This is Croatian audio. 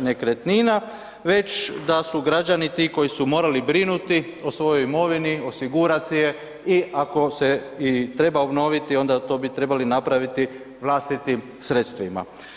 nekretnina već da su građani ti koji su morali brinuti o svojoj imovini, osigurati je i ako se i treba obnoviti onda to bi trebali napraviti vlastitim sredstvima.